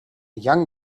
young